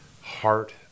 heart